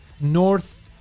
North